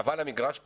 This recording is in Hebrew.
אבל המגרש פתוח,